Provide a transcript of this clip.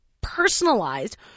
personalized